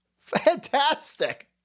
Fantastic